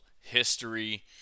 history